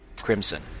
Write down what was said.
crimson